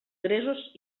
gresos